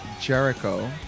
Jericho